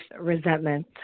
resentment